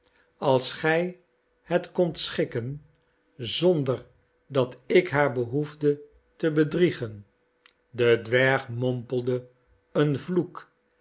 als gij het kondt schikken zonder dat ik haar behoefde te bedriegen de dweig mompelde een vloek